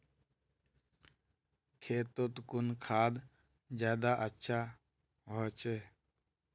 खेतोत कुन खाद ज्यादा अच्छा होचे?